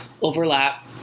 overlap